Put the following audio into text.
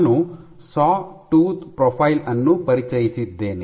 ನಾನು sawtooth profile ಅನ್ನು ಪರಿಚಯಿಸಿದ್ದೇನೆ